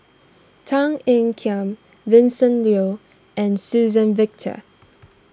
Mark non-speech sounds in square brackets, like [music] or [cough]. Tan Ean Kiam Vincent Leow and Suzann Victor [noise]